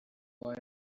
boy